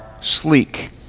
sleek